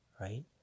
right